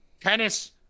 tennis